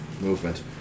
movement